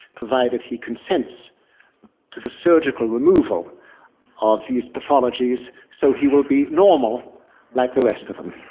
provided he consents to the surgical removal of these pathologies so he will be normal like the rest of them.